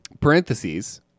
parentheses